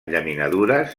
llaminadures